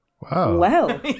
Wow